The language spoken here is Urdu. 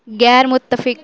غیر متفق